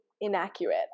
inaccurate